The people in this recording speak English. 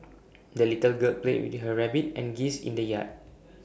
the little girl played with her rabbit and geese in the yard